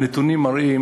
הנתונים מראים